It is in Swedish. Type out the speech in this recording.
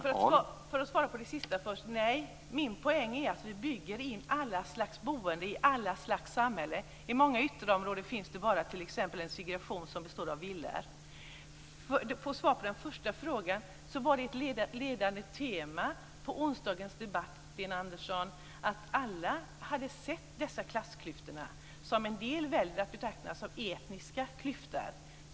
Herr talman! Jag svarar på det sista först. Nej, min poäng är att vi ska bygga in alla slags boenden i alla slags samhällen. I många ytterområden finns det bara t.ex. en segregation i form av villor. Som svar på den första frågan vill jag säga att det var ett ledande tema på onsdagens debatt att alla hade sett dessa klassklyftor som en del valde att betrakta som etniska klyftor.